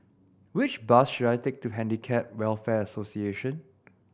which bus should I take to Handicap Welfare Association